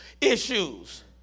issues